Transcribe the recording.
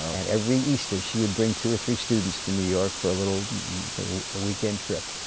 and every easter she would bring two or three students to new york for a little weekend trip.